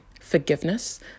forgiveness